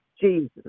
Jesus